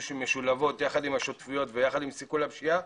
משולבות יחד עם השותפויות ויחד עם סיכול הפשיעה,